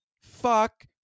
Fuck